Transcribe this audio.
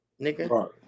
nigga